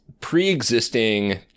pre-existing